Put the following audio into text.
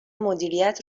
مدیریت